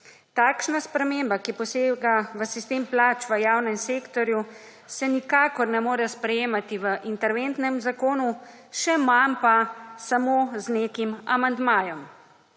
Takšna sprememba, ki posega v sistem plač v javnem sektorju se nikakor ne morejo sprejemati v interventnem zakonu, še manj pa samo z nekim amandmajem.